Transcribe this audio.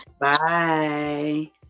Bye